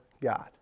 God